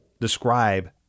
describe